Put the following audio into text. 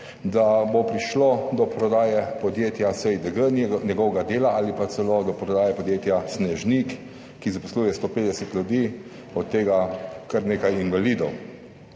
da bo prišlo do prodaje podjetja SiDG, njegovega dela ali pa celo do prodaje podjetja Snežnik, ki zaposluje 150 ljudi, od tega kar nekaj invalidov.